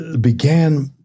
began